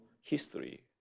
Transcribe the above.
history